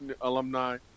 alumni